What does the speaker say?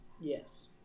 Yes